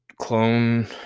clone